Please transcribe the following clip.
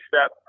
step